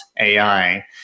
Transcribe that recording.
AI